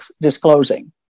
disclosing